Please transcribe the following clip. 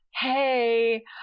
Hey